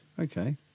okay